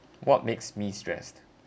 what makes me stressed